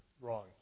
wrong